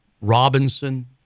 Robinson